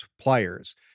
pliers